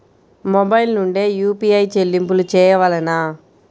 Mobile నుండే UPI చెల్లింపులు చేయవలెనా?